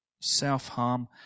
self-harm